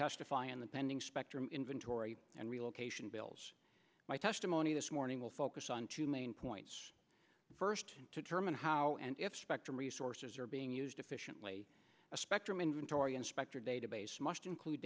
testify in the pending spectrum inventory and relocation bills my testimony this morning will focus on two main points first to determine how and if spectrum resources are being used efficiently a spectrum inventory inspector database must include